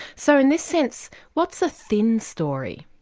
so in this sense what's a thin story?